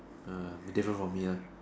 uh different from me ah